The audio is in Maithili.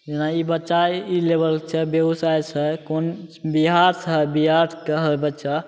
जेना ई बच्चा ई लेवलके छै बेगूसरायसे छै कोन बिहारसे बिहारके हइ बच्चा